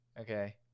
Okay